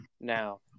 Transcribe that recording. Now